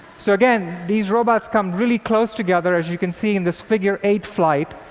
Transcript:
so again, these robots come really close together. as you can see in this figure-eight flight,